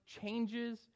changes